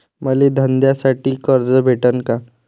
मले धंद्यासाठी कर्ज भेटन का?